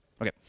Okay